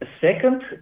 second